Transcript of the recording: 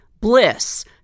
bliss